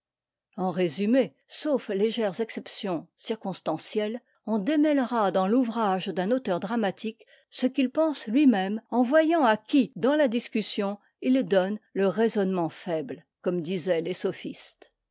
en résumé sauf légères exceptions circonstancielles on démêlera dans l'ouvrage d'un auteur dramatique ce qu'il pense lui-même en voyant à qui dans la discussion il donne le raisonnement faible comme disaient les sophistes